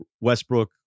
Westbrook